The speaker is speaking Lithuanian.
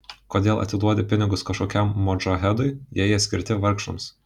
kodėl atiduodi pinigus kažkokiam modžahedui jei jie skirti vargšams